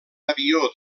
avió